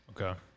Okay